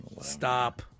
stop